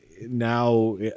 now